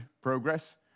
progress